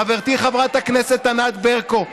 חברתי חברת הכנסת ענת ברקו,